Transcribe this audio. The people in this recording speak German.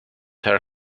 herr